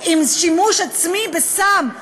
עם שימוש עצמי בסם,